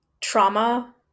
trauma